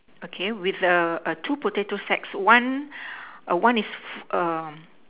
okay with a err two potato sacks one err one is f~ err